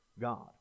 God